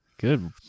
good